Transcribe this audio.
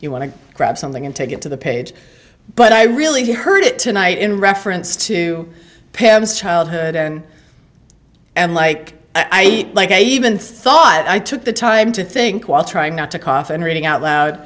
you want to grab something and take it to the page but i really heard it tonight in reference to pam's childhood and and like i eat like i even thought i took the time to think while trying not to cough and reading out loud